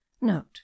Note